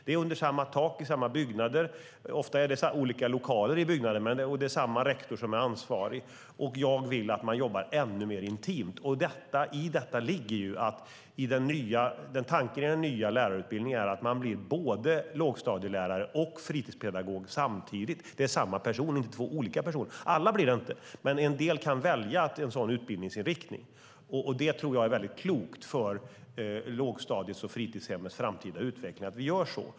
De är under samma tak och i samma byggnader. Ofta är de i olika lokaler i byggnaden, men det är samma rektor som är ansvarig. Jag vill att man jobbar ännu mer intimt. I tanken med den nya lärarutbildningen ligger att man blir både lågstadielärare och fritidspedagog samtidigt. Läraren och fritidspedagogen är samma person, inte två olika personer. Alla blir inte det, men en del kan välja en sådan utbildningsinriktning, och jag tror att det är klokt för lågstadiets och fritidshemmens framtida utveckling att vi gör så.